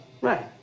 Right